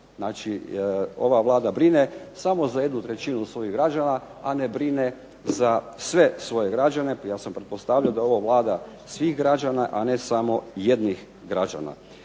Znači, ova Vlada brine samo za jednu trećinu svojih građana, a ne brine za sve svoje građane. Ja sam pretpostavljao da je ova Vlada svih građana, a ne samo jednih građana.